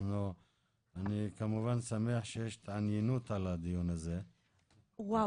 אני כמובן שמח שיש התעניינות בדיון הזה -- סליחה,